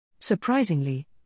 Surprisingly